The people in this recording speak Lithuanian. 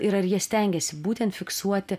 ir ar jie stengėsi būtent fiksuoti